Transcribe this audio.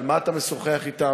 על מה אתה משוחח אתם?